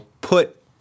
put